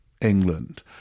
England